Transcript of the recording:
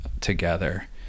together